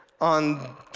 on